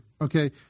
okay